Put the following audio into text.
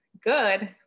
good